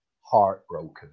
heartbroken